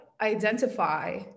identify